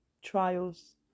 Trials